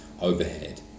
overhead